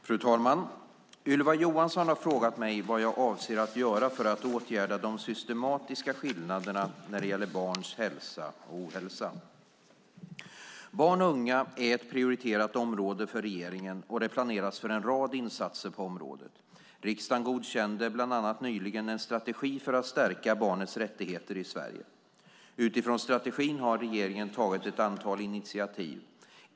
Fru talman! Ylva Johansson har frågat mig vad jag avser att göra för att åtgärda de systematiska skillnaderna när det gäller barns hälsa och ohälsa. Barn och unga är ett prioriterat område för regeringen, och det planeras för en rad insatser på området. Riksdagen godkände bland annat nyligen en strategi för att stärka barnets rättigheter i Sverige . Utifrån strategin har regeringen tagit ett antal initiativ.